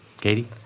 Katie